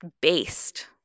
based